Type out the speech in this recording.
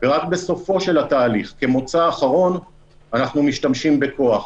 ורק בסופו של התהליך כמוצא אחרון אנחנו משתמשים בכוח,